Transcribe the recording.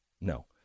no